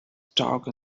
dark